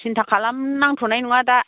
सिन्था खालाम नांथ'नाय नङा दा